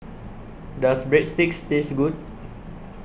Does Breadsticks Taste Good